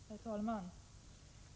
Herr talman!